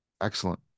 Excellent